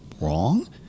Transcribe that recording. wrong